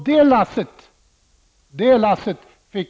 Det lasset fick